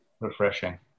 Refreshing